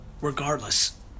regardless